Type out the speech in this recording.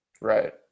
Right